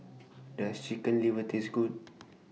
Does Chicken Liver Taste Good